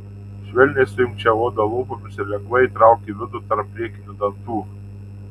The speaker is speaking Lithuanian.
švelniai suimk čia odą lūpomis ir lengvai įtrauk į vidų tarp priekinių dantų